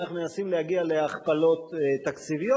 אנחנו מנסים להגיע להכפלות תקציביות.